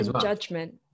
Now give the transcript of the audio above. judgment